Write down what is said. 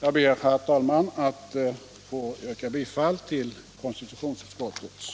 Jag ber, herr talman, att få yrka bifall till konstitutionsutskottets hemställan.